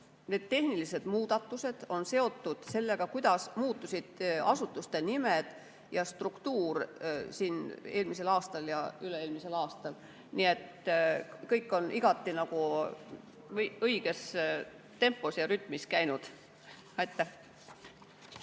need tehnilised muudatused on seotud sellega, kuidas muutusid asutuste nimed ja struktuur eelmisel ja üle-eelmisel aastal. Nii et kõik on igati õiges tempos ja rütmis käinud.